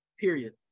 period